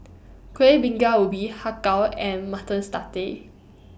Kuih Bingka Ubi Har Kow and Mutton